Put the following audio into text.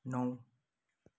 नौ